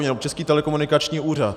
Nebo Český telekomunikační úřad.